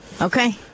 Okay